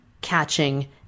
catching